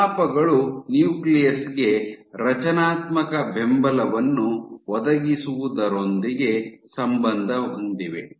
ಪ್ರಲಾಪಗಳು nucleus ಗೆ ರಚನಾತ್ಮಕ ಬೆಂಬಲವನ್ನು ಒದಗಿಸುವುದರೊಂದಿಗೆ ಸಂಬಂಧ ಹೊಂದಿವೆ